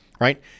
right